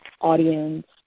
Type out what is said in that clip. audience